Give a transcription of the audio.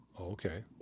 Okay